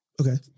Okay